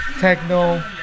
techno